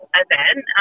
event